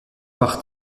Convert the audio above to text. par